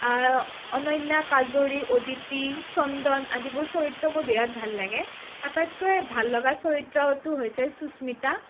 অনন্যা কাজৰি অদিতি চন্দন আদিবোৰ চৰিত্ৰ মোৰ বিৰাট ভাল লাগে আটাইতকৈ ভাল লগা চৰিত্ৰটো হৈছে সুস্মিতা